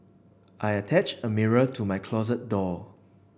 I attached a mirror to my closet door